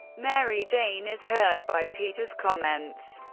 mary jane is hurt by peter's comments.